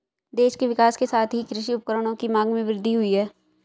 देश के विकास के साथ ही कृषि उपकरणों की मांग में वृद्धि हुयी है